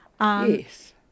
Yes